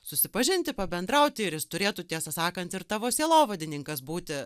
susipažinti pabendrauti ir jis turėtų tiesą sakant ir tavo sielovadininkas būti